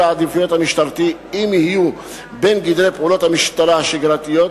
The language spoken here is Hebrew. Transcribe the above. העדיפויות המשטרתי אם יהיו בין גדרי פעולות המשטרה השגרתיות,